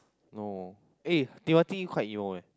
no eh Timothy quite emo leh